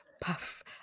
puff